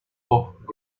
off